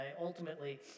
ultimately